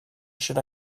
should